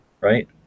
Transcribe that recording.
Right